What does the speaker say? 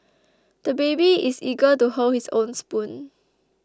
the baby is eager to hold his own spoon